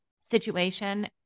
situation